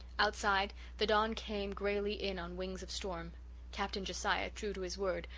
outside, the dawn came greyly in on wings of storm captain josiah, true to his word,